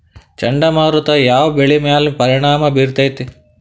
ಚಂಡಮಾರುತ ಯಾವ್ ಬೆಳಿ ಮ್ಯಾಲ್ ಪರಿಣಾಮ ಬಿರತೇತಿ?